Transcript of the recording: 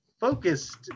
focused